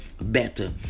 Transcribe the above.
better